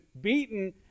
beaten